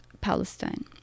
Palestine